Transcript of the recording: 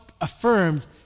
affirmed